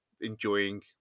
enjoying